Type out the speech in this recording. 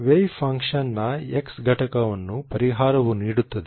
wave ಫಂಕ್ಷನ್ನ X ಘಟಕವನ್ನು ಪರಿಹಾರವು ನೀಡುತ್ತದೆ